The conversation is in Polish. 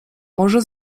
może